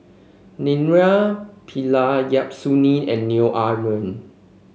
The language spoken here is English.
Naraina Pillai Yap Su Yin and Neo Ah Luan